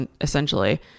essentially